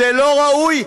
זה לא ראוי,